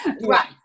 Right